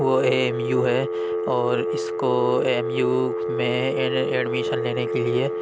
وہ A M U ہے اور اس کو اے ایم یو میں ایڈ ایڈمشن لینے کے لیے